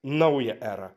naują erą